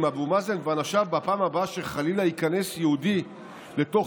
אבו מאזן ואנשיו בפעם הבאה שחלילה ייכנס יהודי לתוך